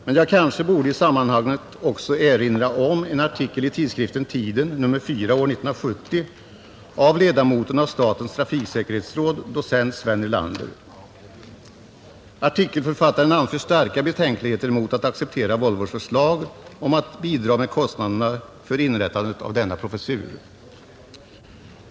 Jag borde kanske i sammanhanget också erinra om en artikel i tidskriften Tiden nr 4 år 1970. Den har skrvits av ledamoten av statens trafiksäkerhetsråd, docent Sven Erlander. Artikelförfattaren anför starka betänkligheter mot att acceptera Volvos förslag om att bidra med kostnaderna för inrättandet av denna professur.